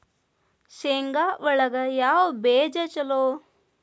ಶೇಂಗಾ ಒಳಗ ಯಾವ ಬೇಜ ಛಲೋ?